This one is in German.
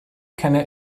keine